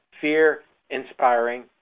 fear-inspiring